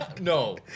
No